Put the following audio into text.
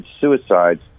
suicides